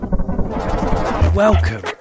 Welcome